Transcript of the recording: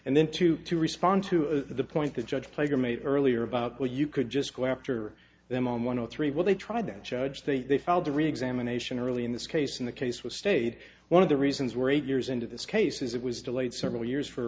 and then to to respond to the point the judge pleasure made earlier about where you could just go after them on one of three when they tried that judge they filed a reexamination early in this case in the case was stayed one of the reasons we're eight years into this case is it was delayed several years for